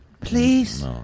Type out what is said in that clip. please